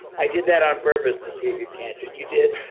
i did that on purpose to see if you'd catch it. you did.